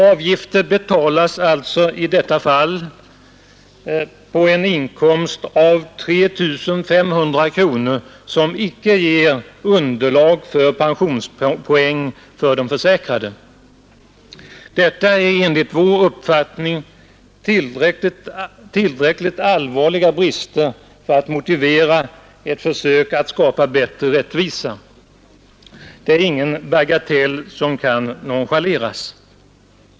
Avgifter betalas alltså i detta fall på en inkomst av 3 500 kronor, som icke ger underlag för pensionspoäng för den försäkrade. Detta är enligt vår uppfattning tillräckligt allvarliga brister för att motivera ett försök att skapa större rättvisa. Det är ingen bagatell som kan nonchaleras.